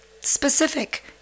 specific